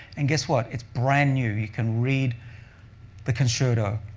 and guess what? it's brand new. you can read the concerto.